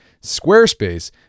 Squarespace